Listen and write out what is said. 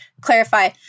clarify